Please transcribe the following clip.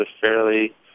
fairly